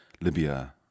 Libya